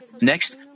Next